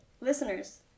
listeners